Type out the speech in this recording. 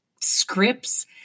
scripts